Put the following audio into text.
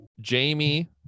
Jamie